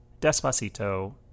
Despacito